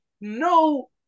no